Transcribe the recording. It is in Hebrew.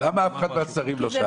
למה אף אחד מהשרים לא שאל?